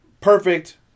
Perfect